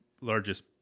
largest